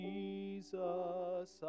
Jesus